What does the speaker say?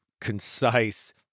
concise